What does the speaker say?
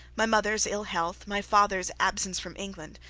my mother's ill-health, my father's absence from england,